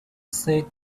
said